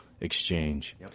exchange